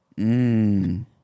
Mmm